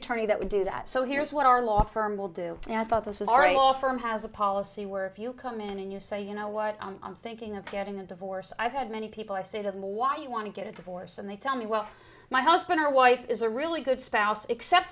attorney that would do that so here's what our law firm will do and i thought this was already law firm has a policy where if you come in and you say you know what i'm thinking of getting a divorce i've had many people are sort of the why you want to get a divorce and they tell me well my husband or wife is a really good spouse except